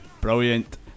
Brilliant